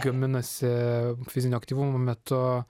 gaminasi fizinio aktyvumo metu